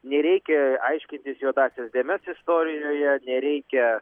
nereikia aiškintis juodąsias dėmes istorijoje nereikia